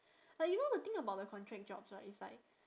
like you know the thing about the contract jobs right is like